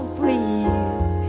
please